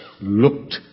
looked